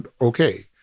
okay